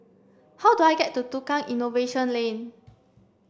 how do I get to Tukang Innovation Lane